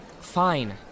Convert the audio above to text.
Fine